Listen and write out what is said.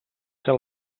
que